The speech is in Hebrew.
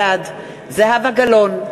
בעד זהבה גלאון,